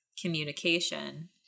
communication